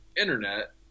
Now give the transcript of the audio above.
internet